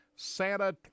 Santa